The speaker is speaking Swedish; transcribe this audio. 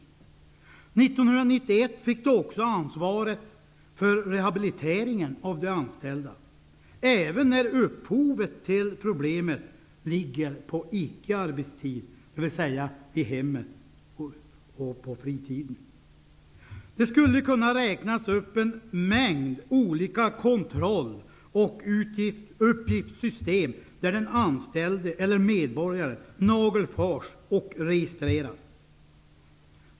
1991 fick de också ansvaret för rehabiliteringen av de anställda, även när upphovet till problemet ligger på icke arbetstid, dvs. i hemmet och på fritiden. En mängd olika kontroll och uppgiftssystem skulle kunna räknas upp, där den anställde eller medborgaren nagelfars och registreras.